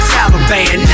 Taliban